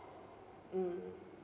mm